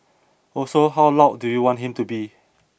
also how loud do you want him to be